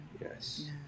Yes